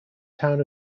town